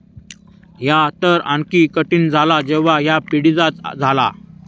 ह्या तर आणखी कठीण झाला जेव्हा ह्या पिढीजात झाला